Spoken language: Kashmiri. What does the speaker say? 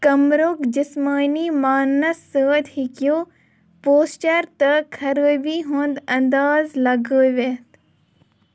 کمرُک جِسمٲنی ماننہٕ سۭتۍ ہٮ۪کِو پوسچَر تہٕ خرٲبی ہُنٛد انٛداز لگٲوِتھ